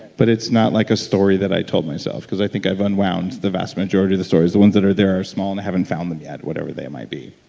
but it's not like a story that i told myself, because i think i've unwound the vast majority of the stories. the ones that are there are small, and i haven't found them yet, whatever they might be